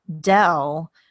Dell